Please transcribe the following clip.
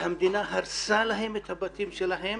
שהמדינה הרסה להם את הבתים שלהם,